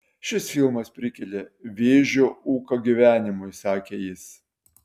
šis filmas prikelia vėžio ūką gyvenimui sakė jis